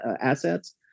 assets